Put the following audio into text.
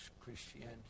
Christianity